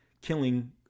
killing